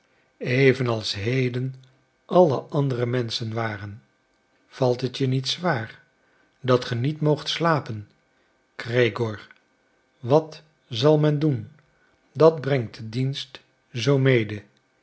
heden alle andere menschen waren valt het je niet zwaar dat je niet moogt slapen gregoor wat zal men doen dat brengt de dienst zoo mede